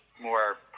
more